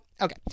okay